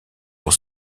pour